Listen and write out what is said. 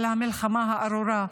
של המלחמה הארורה,